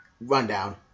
Rundown